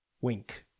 Wink